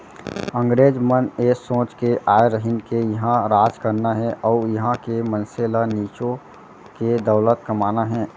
अंगरेज मन ए सोच के आय रहिन के इहॉं राज करना हे अउ इहॉं के मनसे ल निचो के दौलत कमाना हे